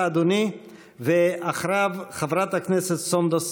ואם יש לך החלטה ואתה יודע מה אתה רוצה,